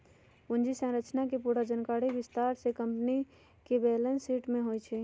पूंजी संरचना के पूरा जानकारी विस्तार से कम्पनी के बैलेंस शीट में होई छई